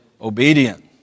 obedient